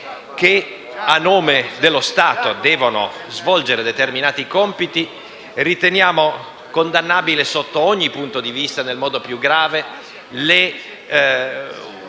che a nome dello Stato devono svolgere determinati compiti) ritiene condannabile sotto ogni punto di vista nel modo più grave i